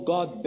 God